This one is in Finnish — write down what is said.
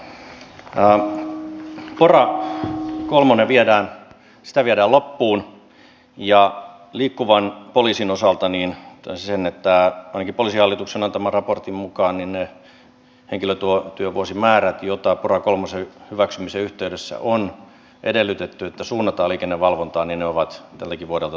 pora kolmonen viedään loppuun ja liikkuvan poliisin osalta toteaisin sen että ainakin poliisihallituksen antaman raportin mukaan ne henkilötyövuosimäärät jotka pora kolmosen hyväksymisen yhteydessä on edellytetty suunnattavan liikennevalvontaan ovat tältäkin vuodelta toteutumassa